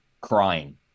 crying